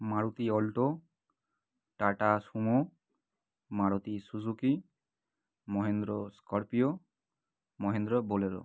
Maruti Alto Tata Sumo Maruti Suzuki Mahindra Scorpio Mahindra Bolero